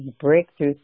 Breakthrough